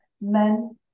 Men